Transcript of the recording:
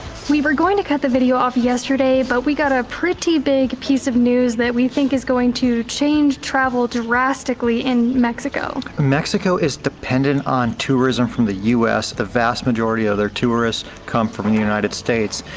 we were going to cut the video off yesterday but we got a pretty big piece of news that we think is going to change travel drastically in mexico. mexico is dependent on tourism from the us, the vast majority of their tourists tourists come from the united states.